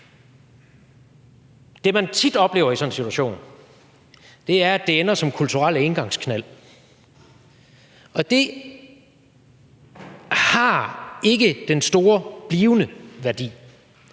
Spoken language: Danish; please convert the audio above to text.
Det, man tit oplever i sådan en situation, er, at det ender som kulturelle engangsknald, og det har ikke den store blivende værdi.